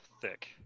Thick